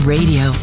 Radio